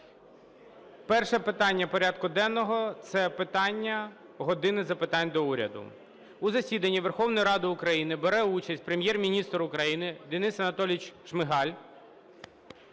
Перше питання порядку денного – це питання "години запитань до Уряду". У засіданні Верховної Ради України бере участь Прем'єр-міністр України Денис Анатолійович Шмигаль